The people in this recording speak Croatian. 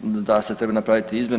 da se treba napraviti izmjene.